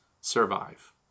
survive